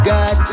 God